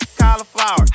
cauliflower